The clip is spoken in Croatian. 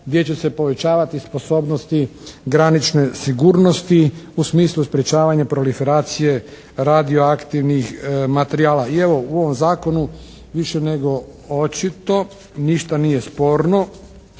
gdje će se povećavati sposobnosti granične sigurnosti u smislu sprječavanja proliferacije radioaktivnih materijala. I evo u ovom Zakonu više nego očito ništa nije sporno.